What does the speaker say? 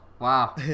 Wow